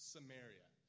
Samaria